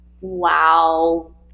Wow